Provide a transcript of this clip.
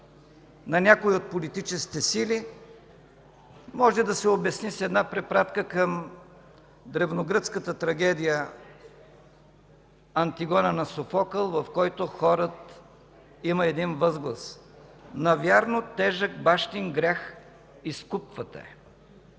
на някои от политическите сили може да се обясни с една препратка към древногръцката трагедия „Антигона” на Софокъл, в която хорът има един възглас: „Навярно тежък бащин грях изкупвате”.